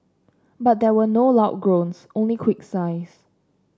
but there were no loud groans only quick sighs